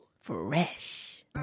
fresh